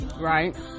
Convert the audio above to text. Right